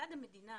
מצד המדינה,